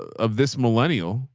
of this millennial,